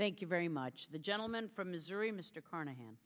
thank you very much the gentleman from missouri mr carnahan